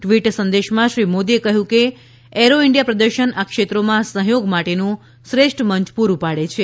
tweet સંદેશમાં શ્રી મોદીએ કહ્યું કે એરો ઇન્ડિયા પ્રદર્શન આ ક્ષેત્રોમાં સહયોગ માટેનું શ્રેષ્ઠ મંચ પુરું પાડે છે